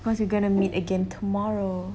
cause we're going to meet again tomorrow